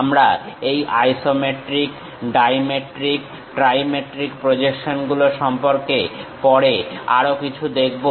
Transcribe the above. আমরা এই isometric dimetric trimetric প্রজেকশনগুলো সম্পর্কে পরে আরো কিছু দেখব